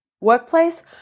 workplace